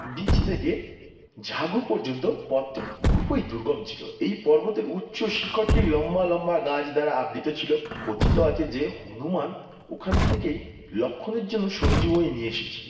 beach থেকে ঝাগু পর্যন্ত পথটি খুবই দুর্গম ছিলো এই পর্বতের উচ্চ শিখরটি লম্বা লম্বা গাছ দ্বারা আবৃত ছিলো কথিত আছে যে হনুমান ওখান থেকেই লক্ষ্মণের জন্য সঞ্জীবনী নিয়ে এসেছে